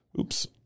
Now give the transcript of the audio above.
oops